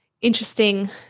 interesting